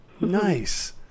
Nice